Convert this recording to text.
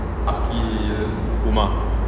umar